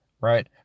right